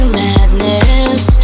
madness